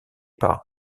par